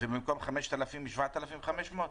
ובמקום 5,000 מעלים ל-7,500?